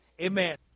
Amen